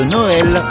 Noël